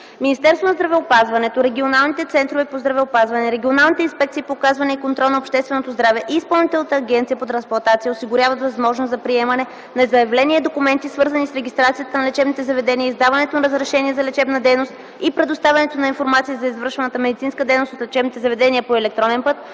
Министерството на здравеопазването, регионалните центрове по здравеопазване, регионалните инспекции по опазване и контрол на общественото здраве и Изпълнителната агенция по трансплантация осигуряват възможност за приемане на заявления и документи, свързани с регистрацията на лечебните заведения, издаването на разрешение за лечебна дейност и предоставянето на информация за извършваната медицинска дейност от лечебните заведения по електронен път,